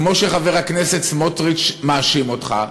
כמו שחבר הכנסת סמוטריץ מאשים אותך?